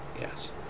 Yes